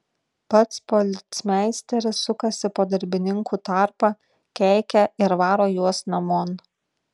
pats policmeisteris sukasi po darbininkų tarpą keikia ir varo juos namon